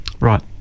Right